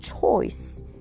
choice